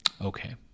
Okay